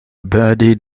bearded